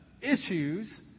issues